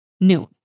noon